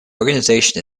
organisation